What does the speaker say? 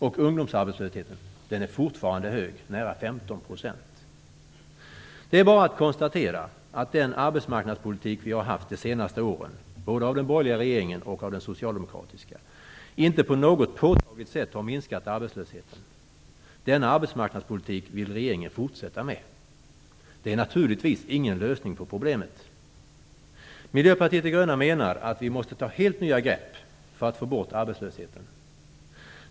Och ungdomsarbetslösheten är fortfarande hög - Det är bara att konstatera att den arbetsmarknadspolitik som har förts under de senaste åren, både av den borgerliga regeringen och av den socialdemokratiska, inte på något påtagligt sätt har minskat arbetslösheten. Denna arbetsmarknadspolitik vill regeringen fortsätta med. Det är naturligtvis ingen lösning på problemet. Miljöpartiet de gröna menar att vi måste ta helt nya grepp för att få bort arbetslösheten.